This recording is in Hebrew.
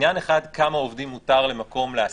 עניין אחד, כמה עובדים מותר למקום להעסיק.